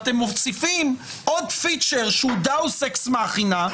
אתם מוסיפים עוד פיצ'ר שהוא דאוס אקס מכינה.